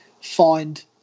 find